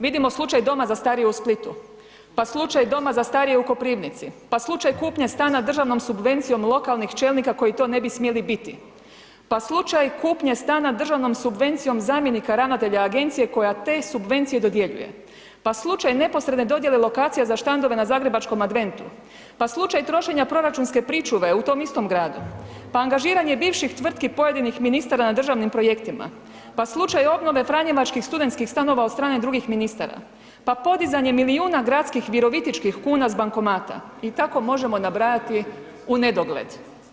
Vidimo slučaj Doma za starije u Splitu, pa slučaj Doma za starije u Koprivnici, pa slučaj kupnje stana državnog subvencijom lokalnih čelnika koji to ne bi smjeli biti, pa slučaj kupnje stanja državnom subvencijom zamjenika ravnatelja agencije koja te subvencije dodjeljuje, pa slučaj neposredne dodjele lokacija za štandove na zagrebačkom adventu, pa slučaj trošenja proračunske pričuve u tom istom gradu, pa angažiranje bivših tvrtki pojedinih ministara na državnim projektima, pa slučaj obnove franjevačkih studentskih stanova od strane drugih ministara, pa podizanje milijuna gradskih virovitičkih kuna s bankomata i tako možemo nabrajati u nedogled.